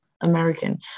American